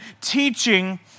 teaching